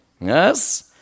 Yes